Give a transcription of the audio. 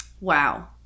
wow